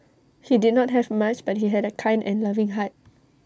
he did not have much but he had A kind and loving heart